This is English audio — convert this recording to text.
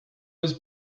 was